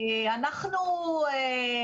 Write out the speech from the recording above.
אנחנו בעצם,